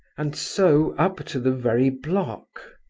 and so up to the very block.